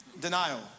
Denial